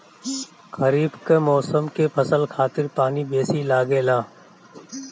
खरीफ कअ मौसम के फसल खातिर पानी बेसी लागेला